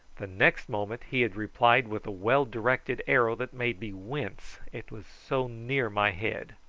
the next moment he had replied with a well-directed arrow that made me wince, it was so near my head.